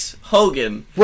Hogan